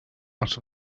out